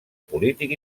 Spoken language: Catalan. polític